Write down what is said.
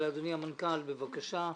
אדוני המנכ"ל, בבקשה.